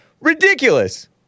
Ridiculous